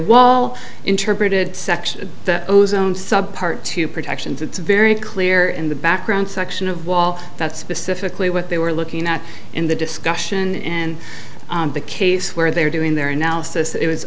well interpreted section that ozone subpart to protections it's very clear in the background section of wall that specifically what they were looking at in the discussion and the case where they were doing their analysis it was